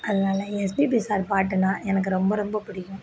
அதனால் எஸ்பிபி சார் பாட்டுனா எனக்கு ரொம்ப ரொம்ப பிடிக்கும்